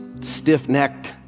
Stiff-necked